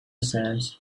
sands